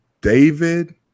David